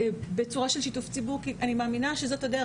בצורה של שיתוף ציבור כי אני מאמינה שזאת הדרך.